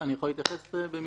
אני יכול להתייחס במילה?